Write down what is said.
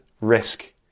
risk